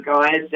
guys